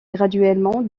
graduellement